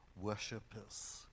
worshippers